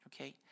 Okay